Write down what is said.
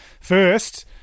first